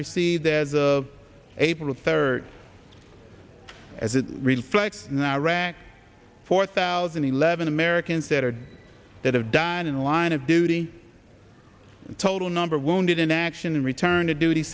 received as april third as it reads writes in iraq four thousand eleven americans that are that have died in the line of duty total number wounded in action and return to duty